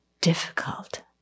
difficult